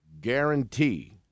guarantee